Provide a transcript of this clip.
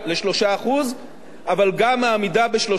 אבל גם העמידה ב-3% מחייבת הטלת מסים.